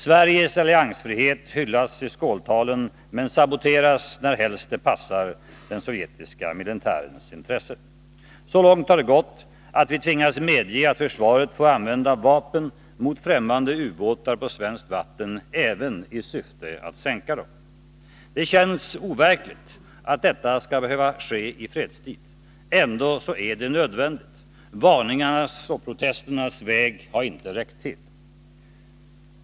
Sveriges alliansfrihet hyllas i skåltalen, men saboteras närhelst det passar Sovjets militära intressen. Så långt har det gått att vi tvingas medge att försvaret får använda vapen mot främmande ubåtar på svenskt vatten även i syfte att sänka dem. Det känns overkligt att detta skall behöva ske i fredstid. Ändå är det nödvändigt. Varningarnas och protesternas väg har inte räckt till.